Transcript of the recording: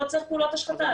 צריך פחות פעולות השחתה.